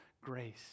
grace